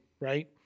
right